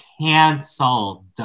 canceled